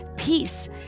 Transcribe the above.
peace